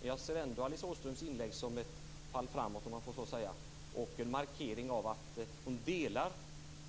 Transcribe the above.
Men jag ser ändå Alice Åströms inlägg som ett fall framåt, om jag så får säga, och som en markering av att hon delar